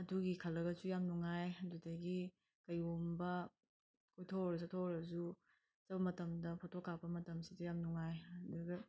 ꯑꯗꯨꯒꯤ ꯈꯜꯂꯒꯁꯨ ꯌꯥꯝ ꯅꯨꯡꯉꯥꯏ ꯑꯗꯨꯗꯒꯤ ꯀꯩꯒꯨꯝꯕ ꯀꯣꯏꯊꯣꯛꯎꯔ ꯆꯠꯊꯣꯛꯎꯔꯁꯨ ꯑꯗꯨ ꯃꯇꯝꯗ ꯐꯣꯇꯣ ꯀꯥꯞꯄꯁꯤꯗ ꯌꯥꯝ ꯅꯨꯡꯉꯥꯏ ꯑꯗꯨꯗ